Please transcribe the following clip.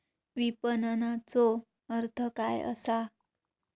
विपणनचो अर्थ काय असा?